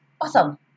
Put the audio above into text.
Awesome